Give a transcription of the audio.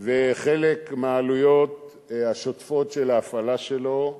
וחלק מהעלויות השוטפות של ההפעלה שלו,